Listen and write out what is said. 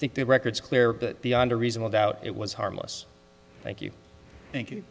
think the records clear beyond a reasonable doubt it was harmless thank you thank you